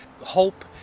hope